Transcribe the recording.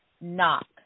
knock